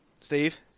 Steve